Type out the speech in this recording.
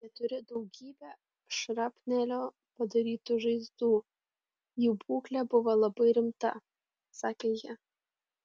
jie turi daugybę šrapnelio padarytų žaizdų jų būklė buvo labai rimta sakė ji